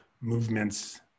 movements